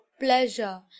pleasure